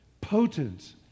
Potent